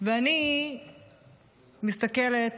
ואני מסתכלת